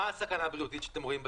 מה הסכנה הבריאותית שאתם רואים בצימרים,